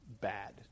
bad